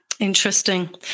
Interesting